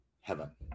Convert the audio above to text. heaven